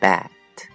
Bat